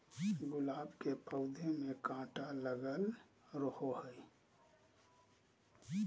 गुलाब के पौधा में काटा लगल रहो हय